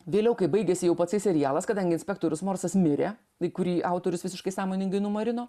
vėliau kai baigiasi jau patsai serialas kadangi inspektorius morsas mirė į kurį autorius visiškai sąmoningai numarino